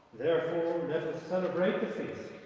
therefore let us celebrate the feast.